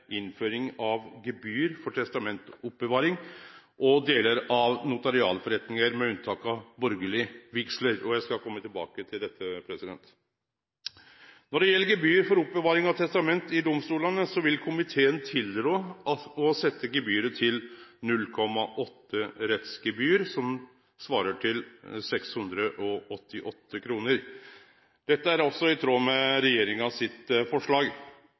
innføring av gebyr for testamentoppbevaring og delar av notarialforretningar – unntaket er borgarlege vigsler. Eg skal kome tilbake til dette. Når det gjeld gebyr for oppbevaring av testament i domstolane, vil komiteen tilrå å setje gebyret til 0,8 rettsgebyr, som svarer til 688 kr. Dette er også i tråd med regjeringa sitt forslag.